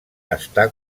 està